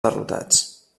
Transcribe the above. derrotats